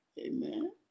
Amen